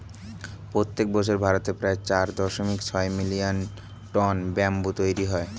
প্রত্যেক বছর ভারতে প্রায় চার দশমিক ছয় মিলিয়ন টন ব্যাম্বু তৈরী হয়